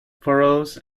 faroese